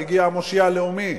הגיע המושיע הלאומי.